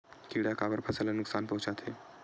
किड़ा काबर फसल ल नुकसान पहुचाथे?